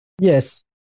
Yes